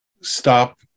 stop